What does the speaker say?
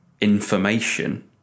information